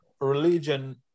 religion